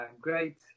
great